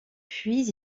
puis